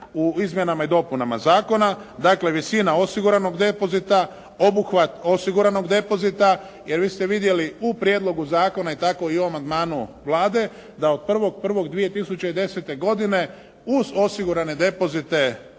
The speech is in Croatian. u izmjenama i dopunama zakona? Dakle visina osiguranog depozita, obuhvat osiguranog depozita. Jer vi ste vidjeli u prijedlogu zakona tako i u ovom amandmanu Vlade, da od 1.1.2010. godine uz osigurane depozite